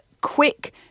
quick